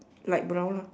light brown lah